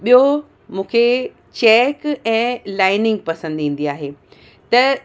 ॿियो मूंखे चैक ऐं लाइनिंग पसंदि ईंदी आहे त